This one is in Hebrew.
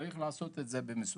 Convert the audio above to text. צריך לעשות את זה במסודר.